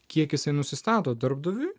kiekis nusistato darbdaviui